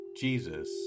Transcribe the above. Jesus